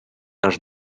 наш